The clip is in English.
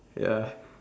ya